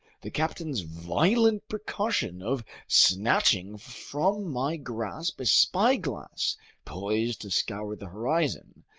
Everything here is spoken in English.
the captain's violent precaution of snatching from my grasp a spyglass poised to scour the horizon,